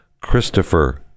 Christopher